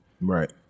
Right